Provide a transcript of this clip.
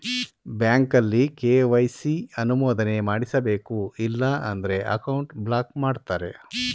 ಬ್ಯಾಂಕಲ್ಲಿ ಕೆ.ವೈ.ಸಿ ಅನುಮೋದನೆ ಮಾಡಿಸಬೇಕು ಇಲ್ಲ ಅಂದ್ರೆ ಅಕೌಂಟ್ ಬ್ಲಾಕ್ ಮಾಡ್ತಾರೆ